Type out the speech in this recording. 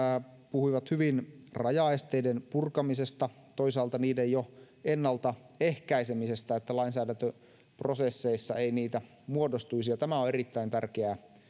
puhuivat hyvin rajaesteiden purkamisesta ja toisaalta jo niiden ennalta ehkäisemisestä että lainsäädäntöprosesseissa ei niitä muodostuisi tämä on erittäin tärkeää